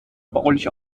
bauliche